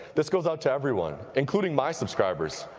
this goes out to everyone, including my subscribers,